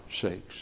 sakes